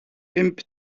pump